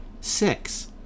Six